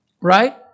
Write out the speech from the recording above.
Right